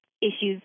issues